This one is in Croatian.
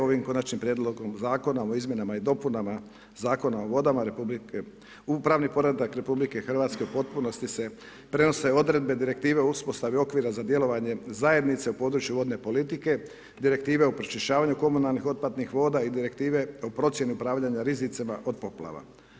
Ovim Konačnim prijedlogom Zakona o izmjenama i dopunama Zakona o vodama u pravni poredak RH u potpunosti se prenose odredbe direktive o uspostavi okvira za djelovanje zajednice u području vodne politike, direktive o pročišćavanju komunalnih otpadnih voda i direktive o procjeni upravljanja rizicima od poplava.